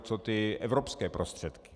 Co ty evropské prostředky?